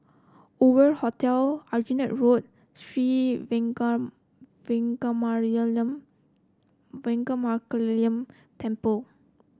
Hoover Hotel Aljunied Road Sri Veeramakaliamman Temple